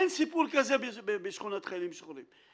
אין סיפור כזה בשכונת חיילים משוחררים.